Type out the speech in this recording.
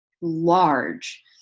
large